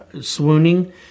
swooning